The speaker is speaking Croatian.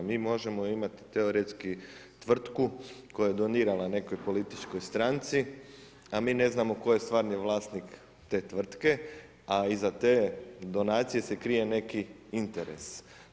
Mi možemo imati teoretski tvrtku koja je donirala nekoj političkoj stranci, a mi ne znamo tko je stvarni vlasnik te tvrtke, a iza te donacije se krije neki interes.